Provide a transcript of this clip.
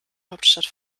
hauptstadt